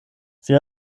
sie